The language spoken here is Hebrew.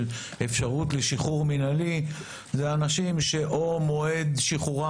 אפשרות לשחרור מינהלי אלו אנשים שאו שמועד שחרורם